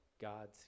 God's